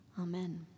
Amen